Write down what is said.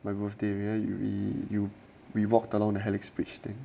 my birthday remember we you we walked along a helix bridge thing